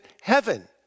heaven